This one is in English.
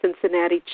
Cincinnati